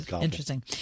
interesting